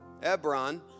Ebron